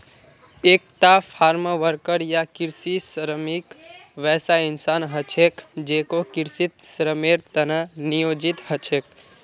एकता farmworker या कृषि श्रमिक वैसा इंसान ह छेक जेको कृषित श्रमेर त न नियोजित ह छेक